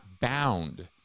bound